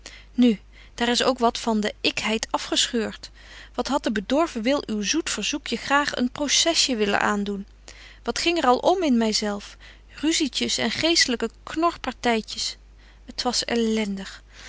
nu daar is ook wat van de ikheid afgescheurt wat hadt de bedorven wil uw zoet verzoekje graag een procesje willen aandoen wat ging er al om in my zelf ruizietjes en geestelyke knorpartytjes t was elendig